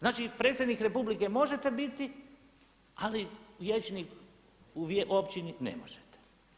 Znači predsjednik Republike možete biti, ali vijećnik u općini ne možete.